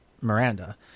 Miranda